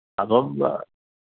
അപ്പം